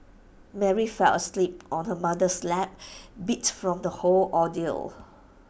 Mary fell asleep on her mother's lap beat from the whole ordeal